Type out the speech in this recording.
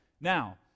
Now